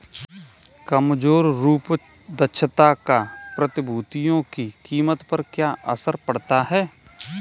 कमजोर रूप दक्षता का प्रतिभूतियों की कीमत पर क्या असर पड़ता है?